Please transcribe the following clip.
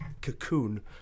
cocoon